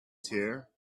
tear